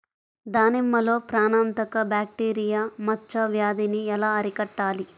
దానిమ్మలో ప్రాణాంతక బ్యాక్టీరియా మచ్చ వ్యాధినీ ఎలా అరికట్టాలి?